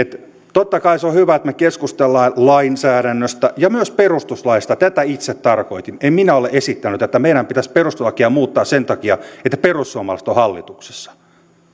totta kai se on hyvä että me keskustelemme lainsäädännöstä ja myös perustuslaista tätä itse tarkoitin en minä ole esittänyt että meidän pitäisi perustuslakia muuttaa sen takia että perussuomalaiset ovat hallituksessa